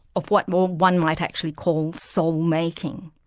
of what one one might actually call soul-making.